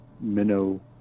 minnow